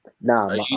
Nah